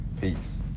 Peace